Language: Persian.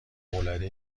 العاده